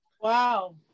Wow